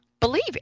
believe